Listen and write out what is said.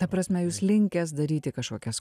ta prasme jūs linkęs daryti kažkokias